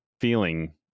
feeling